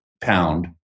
pound